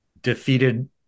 defeated